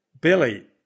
Billy